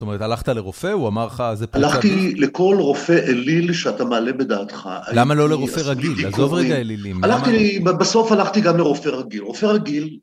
זאת אומרת, הלכת לרופא, הוא אמר לך, זה פרק רגיל? הלכתי לכל רופא אליל שאתה מעלה בדעתך. למה לא לרופא רגיל? עזוב רגע אלילים. הלכתי, בסוף הלכתי גם לרופא רגיל. רופא רגיל...